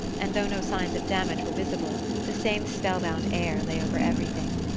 and though no signs of damage were visible the same spellbound air lay over everything.